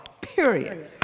period